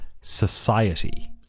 society